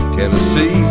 Tennessee